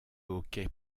hockey